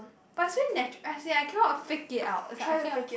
but is very natu~ as in I cannot fake it out as in I cannot